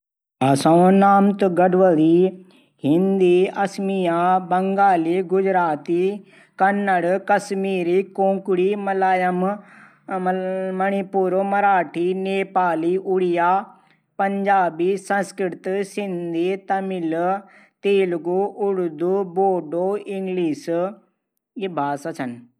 Mercedes BMW Audi Lexus Nano Ferrari Jaguar Maserati